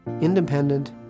Independent